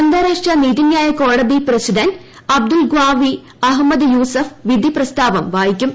അന്താരാഷ്ട്ര നീതി ന്യായ കോടതി പ്രസിഡന്റ് അബ്ദുൾഖാവി അഹമ്മദ് യൂസഫ് വിധി പ്രസ്താവം വായിക്കും